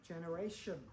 generation